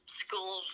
school